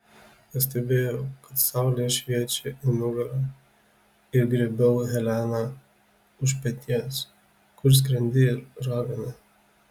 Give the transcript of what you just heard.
pastebėjau kad saulė šviečia į nugarą ir griebiau heleną už peties kur skrendi ragana